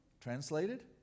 Translated